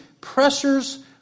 pressures